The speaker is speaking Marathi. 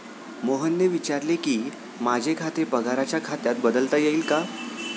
मोहनने विचारले की, माझे खाते पगाराच्या खात्यात बदलता येईल का